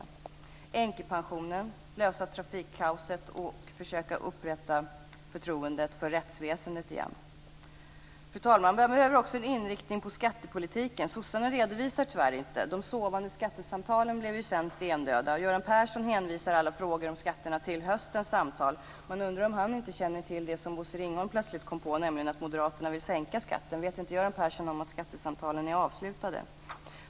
Man måste återställa änkepensionerna, lösa trafikkaoset och försöka återupprätta förtroendet för rättsväsendet igen. Fru talman! Man behöver också en inriktning på skattepolitiken. Socialdemokraterna redovisar tyvärr inte det. De sovande skattesamtalen blev ju sedan stendöda. Göran Persson hänvisar alla frågor om skatterna till höstens samtal. Man undrar om han inte känner till det som Bosse Ringholm plötsligt kom på, nämligen att moderaterna vill sänka skatten. Vet inte Göran Persson om att skattesamtalen är avslutade?